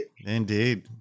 Indeed